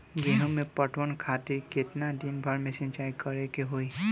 गेहूं में पटवन खातिर केतना दिन पर सिंचाई करें के होई?